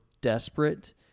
desperate